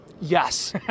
Yes